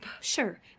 Sure